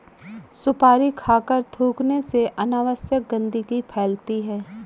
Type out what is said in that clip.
सुपारी खाकर थूखने से अनावश्यक गंदगी फैलती है